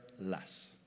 less